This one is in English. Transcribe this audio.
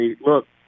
look